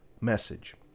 message